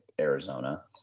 Arizona